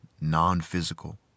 non-physical